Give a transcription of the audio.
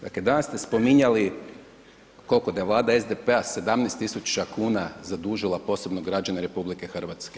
Dakle danas ste spominjali koliko da je vlada SDP-a 17 tisuća kuna zadužila posebno građane RH.